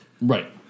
Right